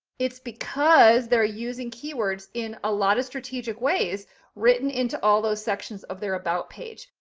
it's because they're using keywords in a lot of strategic ways written into all those sections of their about page.